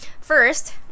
first